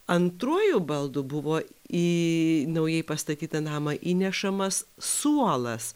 antruoju baldu buvo į naujai pastatytą namą įnešamas suolas